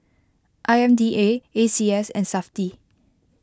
I M D A A C S and SAFTI